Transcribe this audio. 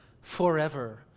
Forever